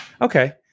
Okay